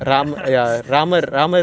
is the is it அவதாரம்:avathaaram